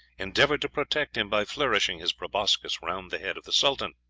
endeavoured to protect him by flourishing his proboscis round the head of the sultan.